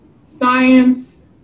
science